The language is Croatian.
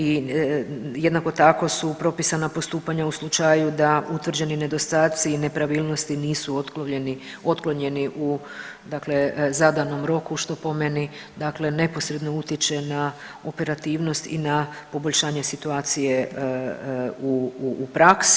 I jednako tako su propisana postupanja u slučaju da utvrđeni nedostaci i nepravilnosti nisu otklonjeni u dakle zadanom roku što po meni dakle neposredno utječe na operativnost i na poboljšanje situacije u praksi.